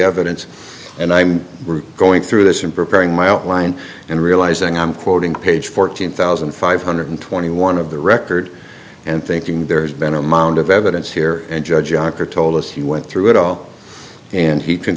evidence and i'm going through this in preparing my outline and realizing i'm quoting page fourteen thousand five hundred twenty one of the record and thinking there has been a mound of evidence here and judge ocker told us he went through it all and he co